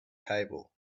table